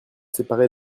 séparés